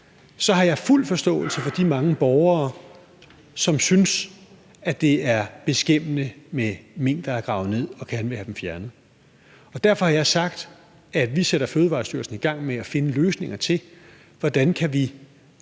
har jeg fuld forståelse for de mange borgere, som synes, det er beskæmmende med mink, der er gravet ned, og gerne vil have dem fjernet. Derfor har jeg sagt, at vi sætter Fødevarestyrelsen i gang med at finde løsninger på, hvordan vi kan